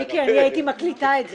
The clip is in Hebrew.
מיקי, אני הייתי מקליטה את זה.